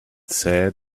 said